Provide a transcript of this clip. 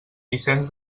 vicenç